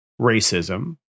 racism